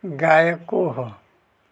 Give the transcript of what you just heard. गायक को हो